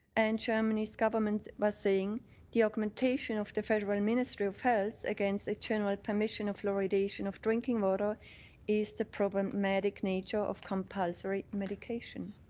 and germany's government was saying the augmentation of the federal and ministry of health against the general permission of fluoridation of drinking water is the problematic nature of compelsry medication.